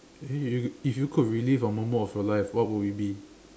eh if if you could relive a moment of your life what would it be